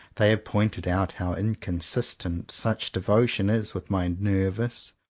they have pointed out how inconsistent such devotion is with my nervous,